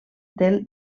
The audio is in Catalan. del